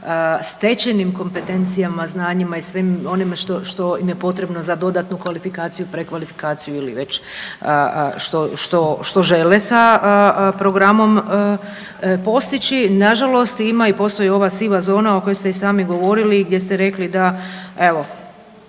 stečenim kompetencijama, znanjima i svim onim što im je potrebno za dodatno kvalifikaciju, prekvalifikaciju ili već što žele sa programom postići. Na žalost ima i postoji ova siva zona o kojoj ste i sami govorili i gdje ste rekli da evo